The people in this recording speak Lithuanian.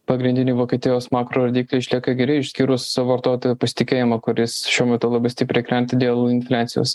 pagrindiniai vokietijos makro rodikliai išlieka geri išskyrus vartotojo pasitikėjimą kuris šiuo metu labai stipriai krenta dėl infliacijos